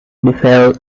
befell